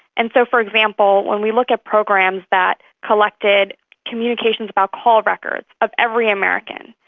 and so, for example, when we look at programs that collected communications about call records of every american,